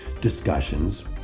discussions